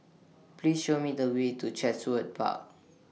Please Show Me The Way to Chatsworth Park